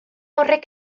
horrek